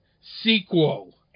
sequel